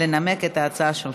לנמק את ההצעה שלך.